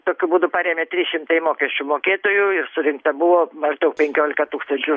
tokiu būdu parėmė trys šimtai mokesčių mokėtojų ir surinkta buvo maždaug penkiolika tūkstančių